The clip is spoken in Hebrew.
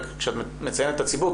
כשאת מציינת את הציבור,